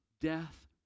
death